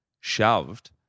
shoved